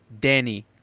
Danny